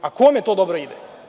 A kome to dobro ide?